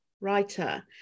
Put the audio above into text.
Writer